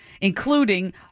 including